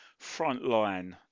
frontline